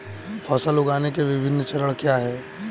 फसल उगाने के विभिन्न चरण क्या हैं?